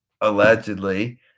allegedly